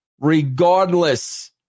regardless